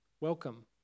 Welcome